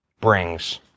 brings